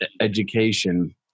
education